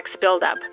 buildup